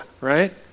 right